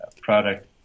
product